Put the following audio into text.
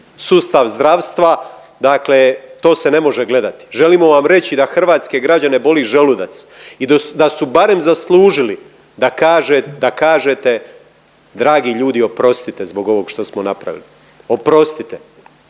sustav zdravstva, dakle to se ne može gledati. Želimo vam reći da hrvatske građane boli želudac i da su barem zaslužili da kaže, da kažete dragi ljudi oprostite zbog ovog što smo napravili. Oprostite